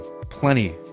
Plenty